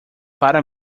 para